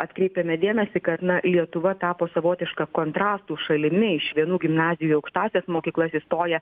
atkreipiame dėmesį kad na lietuva tapo savotiška kontrastų šalimi iš vienų gimnazijų į aukštąsias mokyklas įstoja